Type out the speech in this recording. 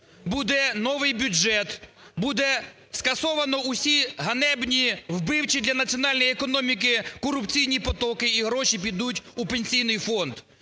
буде новий бюджет, буде скасовано усі ганебні, вбивчі для національної економіки, корупційні потоки, і гроші підуть у Пенсійний фонд.